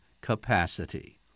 capacity